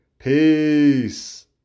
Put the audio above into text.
peace